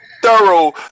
thorough